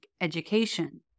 education